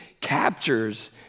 captures